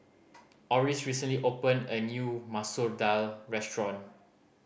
Oris recently opened a new Masoor Dal restaurant